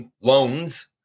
loans